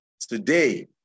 today